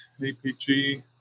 APG